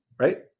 right